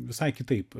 visai kitaip